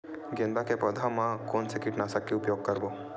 गेंदा के पौधा म कोन से कीटनाशक के उपयोग करबो?